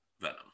Venom